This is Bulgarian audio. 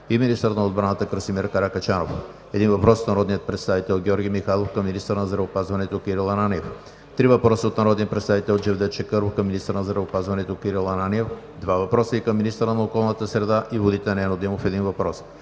и министър на отбраната Красимир Каракачанов; - един въпрос от народния представител Георги Михайлов към министъра на здравеопазването Кирил Ананиев; - три въпроса от народния представител Джевдет Чакъров към министъра на здравеопазването Кирил Ананиев – два въпроса, и към министъра на околната среда и водите Нено Димов – един въпрос.